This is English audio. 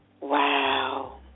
Wow